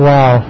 Wow